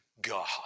God